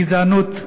גזענות,